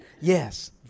Yes